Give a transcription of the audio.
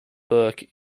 bourke